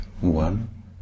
one